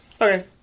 Okay